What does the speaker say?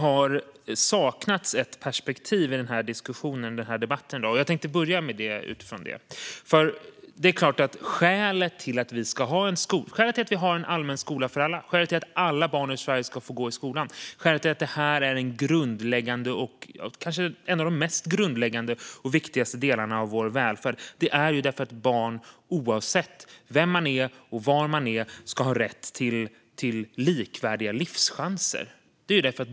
Jag tycker att ett perspektiv saknas i dagens debatt, och jag börjar där. Skälet till att vi har en allmän skola och att alla barn i Sverige ska få gå i skola, vilket är en av de mest grundläggande och viktigaste delarna i vår välfärd, är att varje barn, oavsett vem man är eller var man bor, ska ha rätt till likvärdiga livschanser.